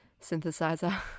synthesizer